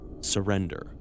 Surrender